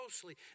closely